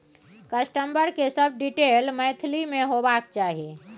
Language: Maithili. कस्टमर के सब डिटेल मैथिली में होबाक चाही